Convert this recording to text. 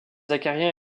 acariens